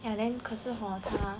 ya then 可是 hor 她